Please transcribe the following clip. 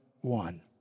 One